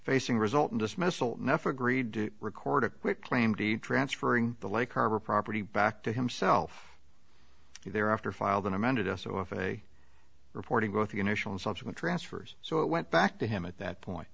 facing resulting dismissal neff agreed to record a quit claim deed transferring the lake harbor property back to himself there after filed an amended us off a reporting both the initial and subsequent transfers so it went back to him at that point